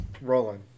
rolling